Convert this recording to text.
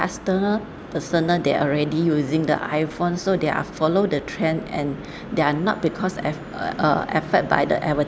customer personal they're already using the iphone so they are follow the trend and they are not because af~ uh affect by the